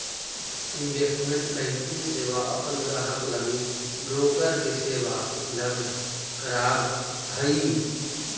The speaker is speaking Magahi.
इन्वेस्टमेंट बैंकिंग सेवा अपन ग्राहक लगी ब्रोकर के सेवा उपलब्ध करावऽ हइ